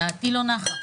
דעתי לא נחה.